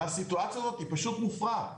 הסיטואציה הזאת היא פשוט מופרעת.